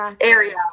area